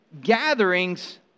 gatherings